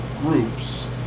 groups